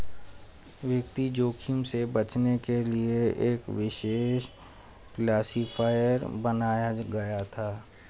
वित्तीय जोखिम से बचने के लिए एक विशेष क्लासिफ़ायर बनाया गया था